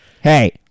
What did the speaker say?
Hey